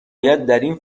این